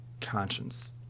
conscience